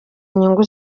inyungu